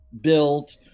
built